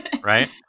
right